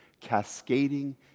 cascading